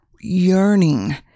yearning